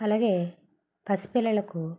అలాగే పసిపిల్లలకు